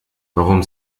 warum